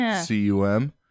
C-U-M